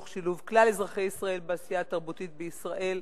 תוך שילוב כלל אזרחי ישראל בעשייה התרבותית בישראל.